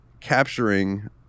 capturing